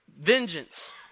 vengeance